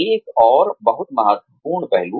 एक और बहुत महत्वपूर्ण पहलू